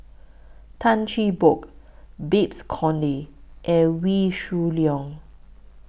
Tan Cheng Bock Babes Conde and Wee Shoo Leong